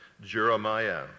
Jeremiah